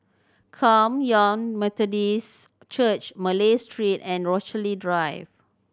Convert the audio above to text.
Kum Yan Methodist Church Malay Street and Rochalie Drive